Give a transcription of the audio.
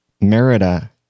Merida